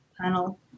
Panel